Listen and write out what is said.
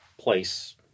place